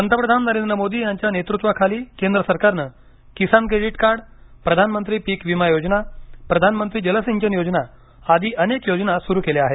पंतप्रधान नरेंद्र मोदी यांच्या नेतृत्वाखाली केंद्र सरकारनं किसान क्रेडीट कार्ड प्रधानमंत्री पीक विमा योजना प्रधानमंत्री जलसिंचन योजना आदी अनेक योजना सुरू केल्या आहेत